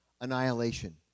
annihilation